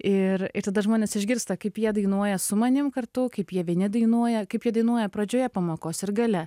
ir tada žmonės išgirsta kaip jie dainuoja su manim kartu kaip jie vieni dainuoja kaip jie dainuoja pradžioje pamokos ir gale